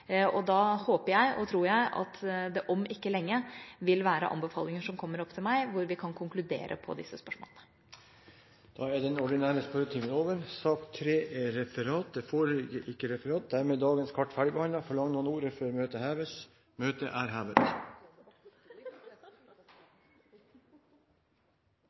Da håper og tror jeg at det om ikke lenge vil være komme anbefalinger til meg, og at vi kan konkludere på disse spørsmålene. Dermed er sak nr. 2 ferdigbehandlet. Det foreligger ikke noe referat. Dermed er dagens kart ferdigbehandlet. Forlanger noen ordet før møtet heves? – Møtet er hevet.